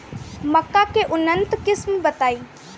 मक्का के उन्नत किस्म बताई?